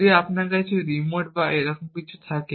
যদি আপনার কাছে রিমোট বা এরকম কিছু থাকে